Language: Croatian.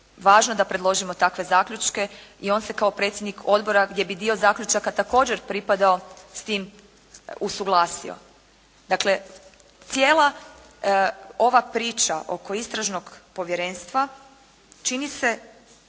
važno da predložimo takve zaključke i on se kao predsjednik odbora gdje bi dio zaključaka također pripadao s tim usuglasio. Dakle, cijela ova priča oko istražnog povjerenstva čini se